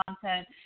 content